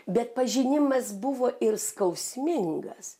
bet pažinimas buvo ir skausmingas